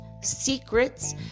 secrets